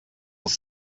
els